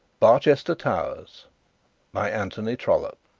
barchester towers by anthony trollope